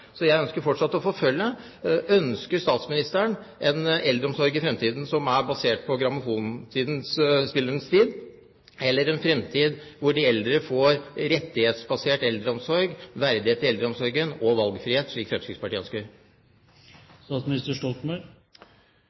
Så jeg ønsker fortsatt å forfølge: Ønsker statsministeren en eldreomsorg i fremtiden som er basert på platespillerens tid, eller en fremtid der de eldre får en rettighetsbasert eldreomsorg, verdighet i eldreomsorgen og valgfrihet, slik Fremskrittspartiet